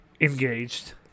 engaged